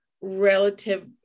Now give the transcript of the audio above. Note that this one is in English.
relative